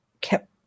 kept